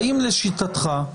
האם לשיטתך,